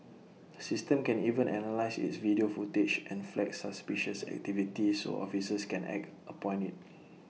the system can even analyse its video footage and flag suspicious activity so officers can act upon IT